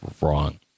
wrong